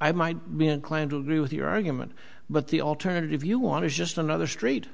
i might be inclined to agree with your argument but the alternative you want to just another straight